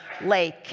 lake